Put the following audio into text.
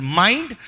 mind